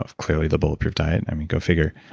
ah clearly the bulletproof diet. i mean, go figure.